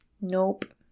Nope